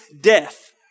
death